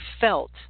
felt